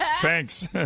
Thanks